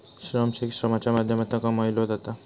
श्रम चेक श्रमाच्या माध्यमातना कमवलो जाता